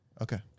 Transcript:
Okay